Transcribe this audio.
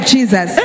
Jesus